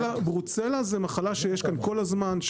ברוצלה זה מחלה שיש כאן כל הזמן,.